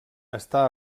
està